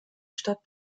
stadt